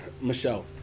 Michelle